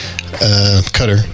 Cutter